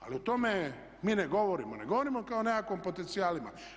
Ali o tome mi ne govorimo, ne govorimo kao nekakvim potencijalima.